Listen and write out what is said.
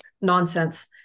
nonsense